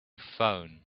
phone